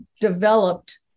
developed